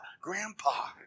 Grandpa